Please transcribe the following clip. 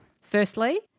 Firstly